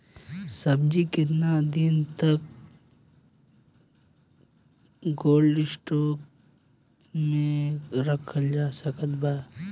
सब्जी केतना दिन तक कोल्ड स्टोर मे रखल जा सकत बा?